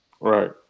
right